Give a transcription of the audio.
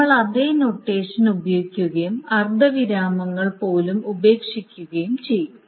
നമ്മൾ അതേ നൊട്ടേഷൻ ഉപയോഗിക്കുകയും അർദ്ധവിരാമങ്ങൾ പോലും ഉപേക്ഷിക്കുകയും ചെയ്യും